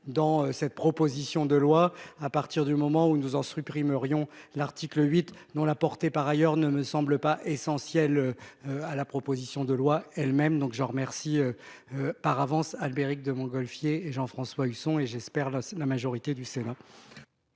dans cette proposition de loi à partir du moment où nous en supprimerions l'article 8 dont la portée par ailleurs ne me semble pas essentielle. À la proposition de loi elles-mêmes donc j'en remercie. Par avance, Albéric de Montgolfier et Jean-François Husson et j'espère la la majorité du Sénat.